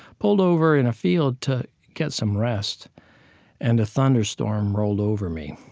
pulled over in a field to get some rest and a thunderstorm rolled over me